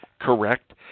correct